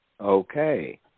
Okay